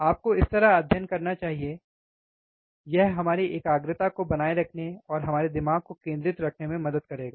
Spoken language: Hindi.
आपको इस तरह अध्ययन करना चाहिए यह हमारी एकाग्रता को बनाए रखने और हमारे दिमाग को केंद्रित रखने में मदद करेगा